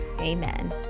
amen